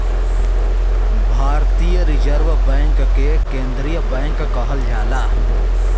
भारतीय reserve bank के केन्द्रीय बैंक कहल जाला